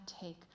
take